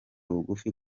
bugufi